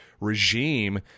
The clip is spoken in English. regime